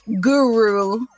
guru